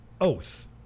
oath